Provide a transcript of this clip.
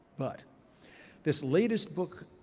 but this latest book,